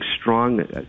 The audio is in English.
strong